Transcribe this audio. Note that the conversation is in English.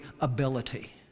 ability